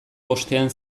bostean